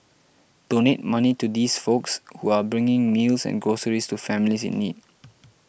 donate money to these folks who are bringing meals and groceries to families in need